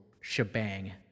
shebang